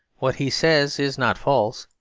what he says is not false.